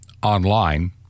Online